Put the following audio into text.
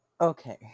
Okay